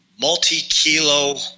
multi-kilo